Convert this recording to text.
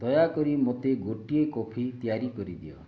ଦୟାକରି ମୋତେ ଗୋଟିଏ କଫି ତିଆରି କରି ଦିଅ